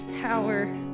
power